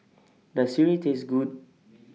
Does Sireh Taste Good